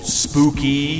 spooky